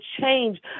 change